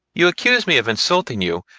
you accuse me of insulting you,